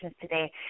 today